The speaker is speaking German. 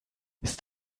ist